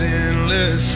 endless